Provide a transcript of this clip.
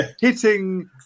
hitting